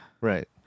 Right